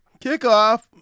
kickoff